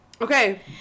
okay